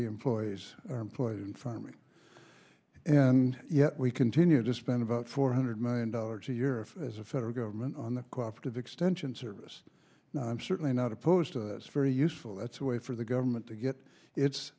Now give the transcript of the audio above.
the employees are employed in farming and yet we continue to spend about four hundred million dollars a year of as a federal government on the cost of extension service and i'm certainly not opposed to very useful that's a way for the government to get it